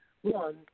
one